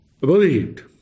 believed